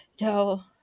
no